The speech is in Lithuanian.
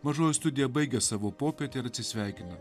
mažoji studija baigia savo popietę ir atsisveikina